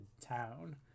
town